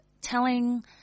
telling